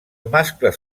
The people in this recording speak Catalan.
mascles